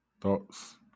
thoughts